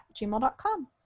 gmail.com